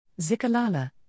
Zikalala